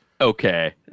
okay